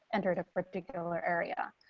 enter the particular area.